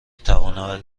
توانم